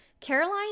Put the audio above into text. Caroline